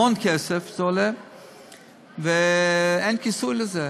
המון כסף זה עולה, ואין כיסוי לזה.